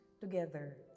together